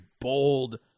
bold